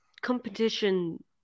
competition